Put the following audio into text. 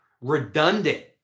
redundant